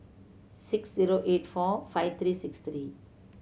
six zero eight four five three six three